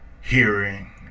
hearing